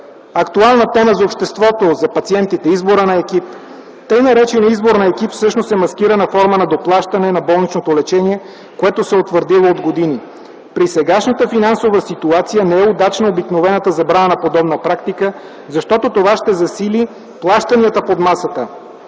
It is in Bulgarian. Актуална тема за обществото, за пациентите, е изборът на екип. Тъй нареченият избор на екип всъщност е маскирана форма на доплащане на болничното лечение, което се е утвърдило от години. При сегашната финансова ситуация не е удачна обикновената забрана на подобна практика, защото това ще увеличи плащанията под масата,